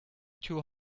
too